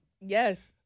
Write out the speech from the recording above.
Yes